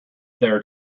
there